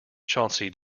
chauncey